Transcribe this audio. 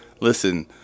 listen